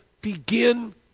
begin